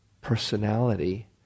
personality